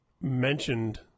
mentioned